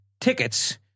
tickets